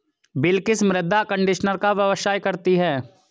बिलकिश मृदा कंडीशनर का व्यवसाय करती है